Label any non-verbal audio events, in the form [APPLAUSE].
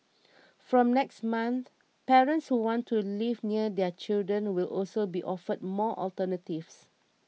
[NOISE] from next month parents who want to live near their children will also be offered more alternatives